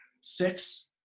six